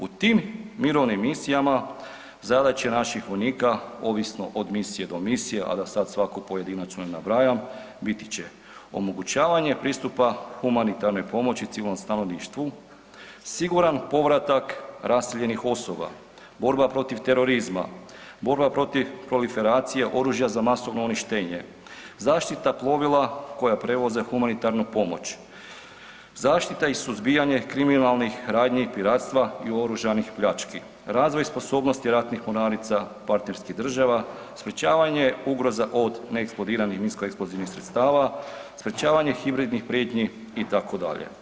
U tim mirovnim misijama, zadaća naših vojnika, ovisno od misije do misije, a da sad svaku pojedinačno ne nabrajam, biti će omogućavanje pristupa humanitarne pomoći civilnom stanovništvu, siguran povratak raseljenih osoba, borba protiv terorizma, borba protiv proliferacije oružja za masovno uništenje, zaštita plovila koja prevoze humanitarnu pomoć, zaštita i suzbijanje kriminalnih radnji piratstva i oružanih pljački, razvoj i sposobnosti ratnih mornarica partnerskih država, sprečavanje ugroza od neeksplodiranih minskoeksplozivnih sredstava, sprečavanje hibridnih prijetnji, itd.